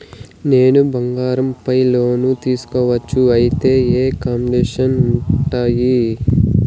నేను బంగారం పైన లోను తీసుకోవచ్చా? అయితే ఏ కండిషన్లు ఉంటాయి?